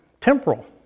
temporal